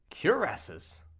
cuirasses